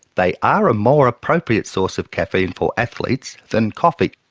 they are a more appropriate source of caffeine for athletes than coffee.